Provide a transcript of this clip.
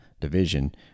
division